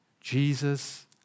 Jesus